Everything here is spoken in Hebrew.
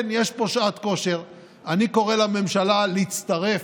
כמו שהממשלה הזאת,